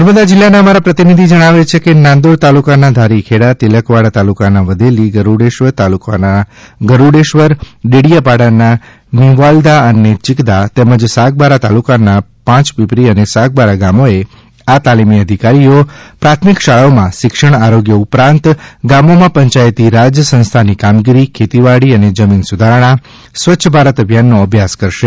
નર્મદા જિલ્લાના અમારા પ્રતિનિધિ જણાવે છે કે નાંદોદ તાલુકાના ધારીખેડા તિલકવાડા તાલુકાના વધેલી ગરૂડેશ્વર તાલુકાના ગરૂડેશ્વરર દેડીયાપાડાના નિવાલ્દા અને ચિકદા તેમજ સાગબારા તાલુકાના પાંચપીપરી અને સાગબારા ગામોએ આ તાલિમી અધિકારીઓ પ્રાથમિક શાળાઓમાં શિક્ષણ આરોગ્ય ઉપરાંત ગામોમાં પંચાયતી રાજ સંસ્થાની કામગીરી ખેતીવાડી અને જમીન સુધારણા સ્વચ્છ ભારત અભિયાનનો અભ્યાસ કરશે